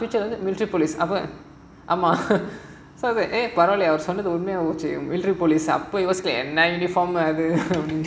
ஆமா பரவாலயே அவர் சொன்னது உண்மையாயிடுச்சு அப்போ யோசிக்கல என்ன:aamaa paravaalayae avar sonnathu unmaiyaayiduchu appo yosikala enna uniform னு:nu